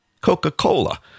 Coca-Cola